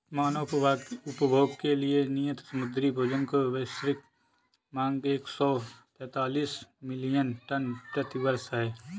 मानव उपभोग के लिए नियत समुद्री भोजन की वैश्विक मांग एक सौ तैंतालीस मिलियन टन प्रति वर्ष है